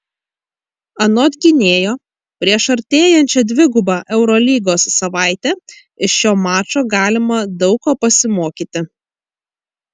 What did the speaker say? anot gynėjo prieš artėjančią dvigubą eurolygos savaitę iš šio mačo galima daug ko pasimokyti